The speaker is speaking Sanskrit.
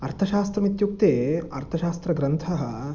अर्थशास्त्रमित्युक्ते अर्थशास्त्रग्रन्थः